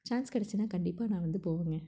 chance கிடச்சிதுன்னா கண்டிப்பாக நான் வந்து போவேங்க